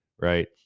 Right